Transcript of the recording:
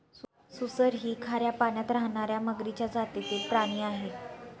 सुसर ही खाऱ्या पाण्यात राहणार्या मगरीच्या जातीतील प्राणी आहे